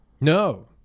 No